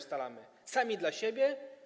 Sami dla siebie?